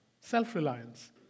Self-reliance